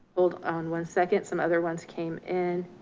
hold on one second. some other ones came in,